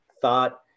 thought